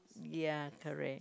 ya correct